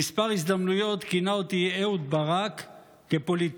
בכמה הזדמנויות כינה אותי אהוד ברק פוליטרוק,